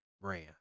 ran